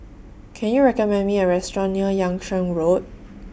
Can YOU recommend Me A Restaurant near Yung Sheng Road